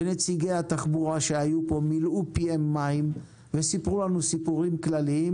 ונציגי התחבורה שהיו פה מילאו פיהם מים וסיפרו לנו סיפורים כלליים